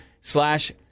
slash